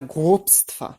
głupstwa